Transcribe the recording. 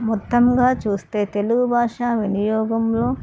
మొత్తంగా చూస్తే తెలుగు భాషా వినియోగంలో